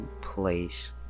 place